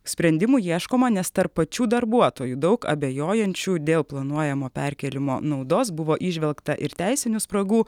sprendimų ieškoma nes tarp pačių darbuotojų daug abejojančių dėl planuojamo perkėlimo naudos buvo įžvelgta ir teisinių spragų